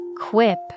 Quip